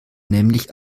nämlich